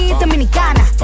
dominicana